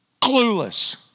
Clueless